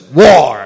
war